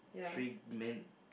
three men